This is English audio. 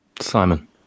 Simon